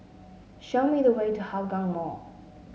show me the way to Hougang Mall